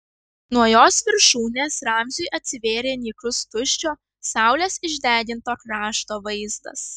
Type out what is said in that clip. nuo jos viršūnės ramziui atsivėrė nykus tuščio saulės išdeginto krašto vaizdas